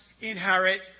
inherit